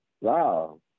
Wow